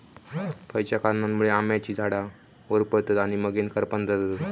खयच्या कारणांमुळे आम्याची झाडा होरपळतत आणि मगेन करपान जातत?